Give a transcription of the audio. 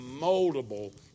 moldable